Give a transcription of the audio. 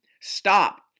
Stop